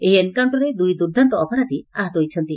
ଏହି ଏନ୍କାଉଣ୍ଟରରେ ଦୁଇ ଦୁର୍ଦ୍ଦାନ୍ତ ଅପରାଧୀ ଆହତ ହୋଇଛନ୍ତି